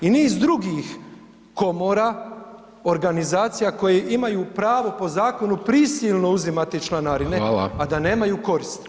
I niz drugih komora, organizacije koje imaju pravo po zakonu prisilno uzimati članarine, a [[Upadica: Hvala.]] da nemaju korist.